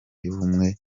y’ubumwe